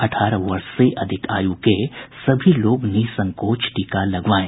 अठारह वर्ष से अधिक आयु के सभी लोग निःसंकोच टीका लगवाएं